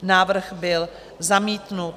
Návrh byl zamítnut.